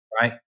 Right